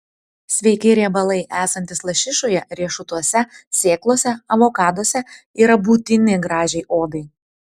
sveiki riebalai esantys lašišoje riešutuose sėklose avokaduose yra būtini gražiai odai